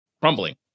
crumbling